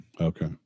Okay